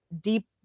deep